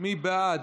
מי בעד?